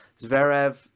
Zverev